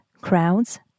crowds